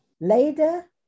Later